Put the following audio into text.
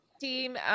team